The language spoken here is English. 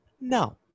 no